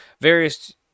Various